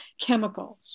chemicals